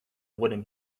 wooden